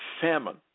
famine